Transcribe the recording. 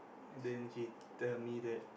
then he tell me that